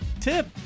tip